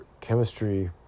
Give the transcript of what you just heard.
chemistry